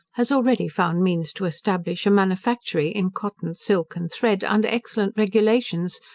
has already found means to establish a manufactory in cotton, silk, and thread, under excellent regulations,